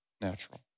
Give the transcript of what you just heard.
natural